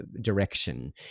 direction